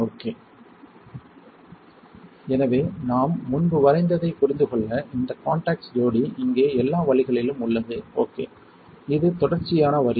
okay எனவே நான் முன்பு வரைந்ததைப் புரிந்து கொள்ள இந்த காண்டாக்ட்ஸ் ஜோடி இங்கே எல்லா வழிகளிலும் உள்ளது ஓகே இது தொடர்ச்சியான வரி